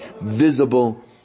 visible